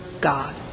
God